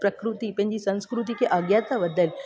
प्रकृती पंहिंजी सांस्कृती खे अॻियां था वधाइनि